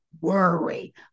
worry